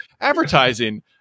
advertising